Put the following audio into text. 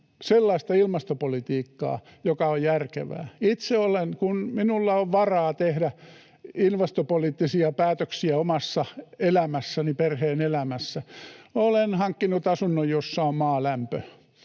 sellaista ilmastopolitiikkaa, joka on järkevää. Itse olen — kun minulla on varaa tehdä ilmastopoliittisia päätöksiä omassa elämässäni, perheen elämässä — hankkinut asunnon, jossa on maalämpö,